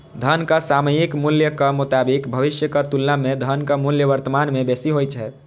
धनक सामयिक मूल्यक मोताबिक भविष्यक तुलना मे धनक मूल्य वर्तमान मे बेसी होइ छै